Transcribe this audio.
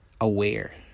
aware